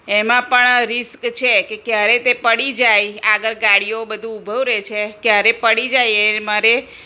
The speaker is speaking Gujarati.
એમાં પણ રિસ્ક છે કે ક્યારે તે પડી જાય આગળ ગાડીઓ બધું ઊભું રહે છે ક્યારે પડી જાય એ મારે